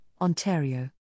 Ontario